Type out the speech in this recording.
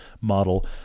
model